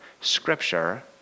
scripture